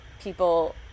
people